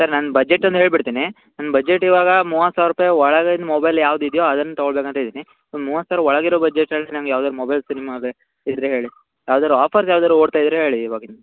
sir ನನ್ನ budget ಒಂದು ಹೇಳಿಬಿಡ್ತೀನಿ ನನ್ನ ಬಜೆಟ್ ಇವಾಗ ಮೂವತ್ತು ಸಾವಿರ ರೂಪಾಯಿ ಒಳಗಿನ ಮೊಬೈಲ್ ಯಾವ್ದು ಇದೆಯೋ ಅದನ್ನು ತಗೊಳ್ಬೇಕು ಅಂತಿದ್ದೀನಿ ಒಂದು ಮೂವತ್ತು ಸಾವಿರದ ಒಳಗಿರೋ ಬಜೆಟ್ ಅಲ್ಲಿ ನಮ್ಗೆ ಯಾವುದಾರು ಮೊಬೈಲ್ ಸಿಮ್ ಅದೇ ಇದ್ದರೆ ಹೇಳಿ ಯಾವುದಾರೂ ಆಫರ್ದ್ ಯಾವುದಾರು ಓಡ್ತಾ ಇದ್ದರೆ ಹೇಳಿ ಈವಾಗಿನ